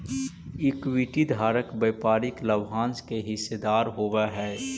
equity धारक व्यापारिक लाभांश के हिस्सेदार होवऽ हइ